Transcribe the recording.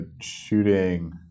shooting